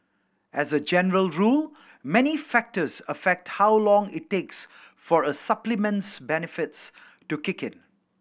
as a general rule many factors affect how long it takes for a supplement's benefits to kick in